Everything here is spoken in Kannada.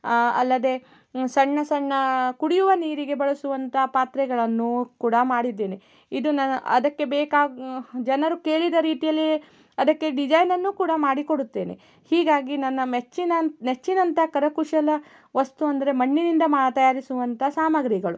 ಅಲ್ಲದೆ ಸಣ್ಣ ಸಣ್ಣ ಕುಡಿಯುವ ನೀರಿಗೆ ಬಳಸುವಂಥ ಪಾತ್ರೆಗಳನ್ನೂ ಕೂಡ ಮಾಡಿದ್ದೇನೆ ಇದು ನನ್ನ ಅದಕ್ಕೆ ಬೇಕಾಗಿ ಜನರು ಕೇಳಿದ ರೀತಿಯಲ್ಲಿಯೇ ಅದಕ್ಕೆ ಡಿಸೈನನ್ನು ಕೂಡ ಮಾಡಿಕೊಡುತ್ತೇನೆ ಹೀಗಾಗಿ ನನ್ನ ಮೆಚ್ಚಿನ ನೆಚ್ಚಿನಂಥ ಕರಕುಶಲ ವಸ್ತು ಅಂದರೆ ಮಣ್ಣಿನಿಂದ ಮಾ ತಯಾರಿಸುವಂಥ ಸಾಮಾಗ್ರಿಗಳು